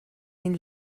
این